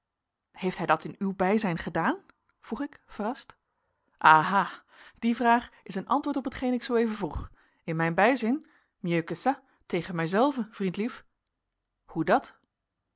heeft hij dat in uw bijzijn gedaan vroeg ik verrast aha die vraag is een antwoord op hetgeen ik zooeven vroeg in mijn bijzijn mieux que ça tegen mijzelven vriendlief hoe dat